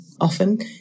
often